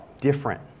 different